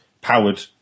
powered